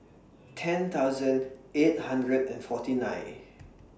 ten thousand eight hundred and forty nine